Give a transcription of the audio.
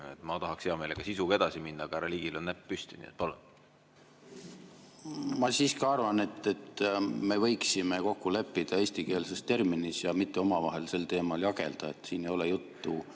Ma tahaksin hea meelega sisuga edasi minna, aga härra Ligil on näpp püsti. Nii et palun! Ma siiski arvan, et me võiksime kokku leppida eestikeelses terminis ja mitte omavahel sel teemal jageleda. Siin ei ole juttu